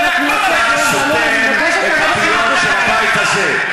אתה לא תלמד אותי שום דבר על דמוקרטיה.